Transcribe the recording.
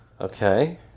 Okay